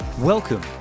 Welcome